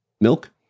Milk